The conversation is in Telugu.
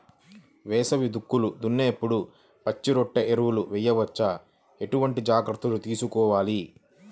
వేసవి దుక్కులు దున్నేప్పుడు పచ్చిరొట్ట ఎరువు వేయవచ్చా? ఎటువంటి జాగ్రత్తలు తీసుకోవాలి?